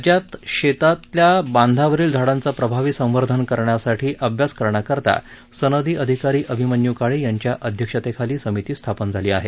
राज्यात शेताच्या बांधावरील झाडांचं प्रभावी संवर्धन करण्यासाठी अभ्यास करण्याकरता सनदी अधिकारी अभिमन्यू काळे यांच्या अध्यक्षतेखाली समिती स्थापन झाली आहे